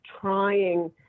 trying